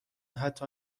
حتی